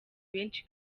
benshi